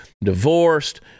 divorced